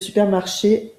supermarchés